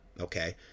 Okay